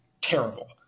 terrible